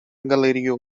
galerio